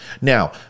Now